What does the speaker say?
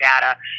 data